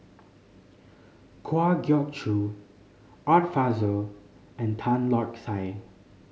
Kwa Geok Choo Art Fazil and Tan Lark Sye